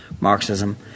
Marxism